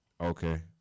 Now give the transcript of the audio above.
Okay